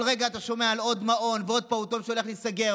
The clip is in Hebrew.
כל רגע אתה שומע על עוד מעון ועוד פעוטון שהולך להיסגר,